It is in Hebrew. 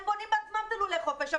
הם בעצמם בונים לולי חופש.